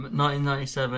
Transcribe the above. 1997